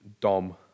Dom